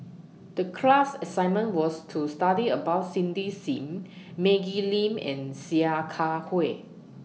The class assignment was to study about Cindy SIM Maggie Lim and Sia Kah Hui